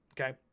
Okay